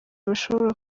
bashobora